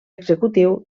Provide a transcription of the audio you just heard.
executiu